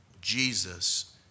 Jesus